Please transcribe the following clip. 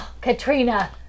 Katrina